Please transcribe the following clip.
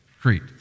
Crete